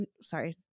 sorry